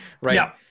Right